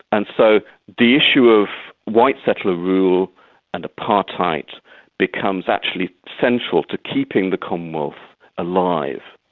and so the issue of white settler rule and apartheid becomes actually central to keeping the commonwealth alive.